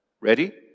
Ready